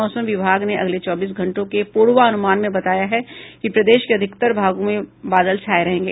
मौसम विभाग ने अगले चौबीस घंटों के पूर्वानुमान में बताया है कि प्रदेश के अधिकतर भागों में बादल छाए रहेंगे